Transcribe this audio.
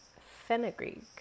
Fenugreek